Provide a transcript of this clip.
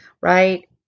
right